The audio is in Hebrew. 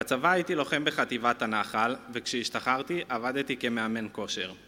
בצבא הייתי לוחם בחטיבת הנח"ל, וכשהשתחררתי עבדתי כמאמן כושר